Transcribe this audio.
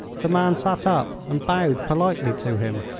the man sat up and bowed politely to him.